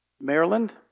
Maryland